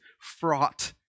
fraught